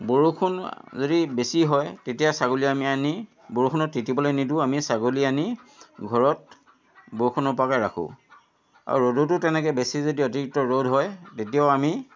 বৰষুণ যদি বেছি হয় তেতিয়া ছাগলী আমি আনি বৰষুণত তিতিবলৈ নিদিওঁ আমি ছাগলী আনি ঘৰত বৰষুণ নপৰাকৈ ৰাখোঁ আৰু ৰ'দতো তেনেকৈ বেছি যদি অতিৰিক্ত ৰ'দ হয় তেতিয়াও আমি